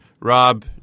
Rob